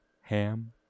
ham